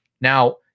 Now